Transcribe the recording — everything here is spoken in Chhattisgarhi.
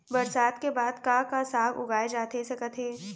बरसात के बाद का का साग उगाए जाथे सकत हे?